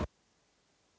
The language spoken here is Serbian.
Hvala.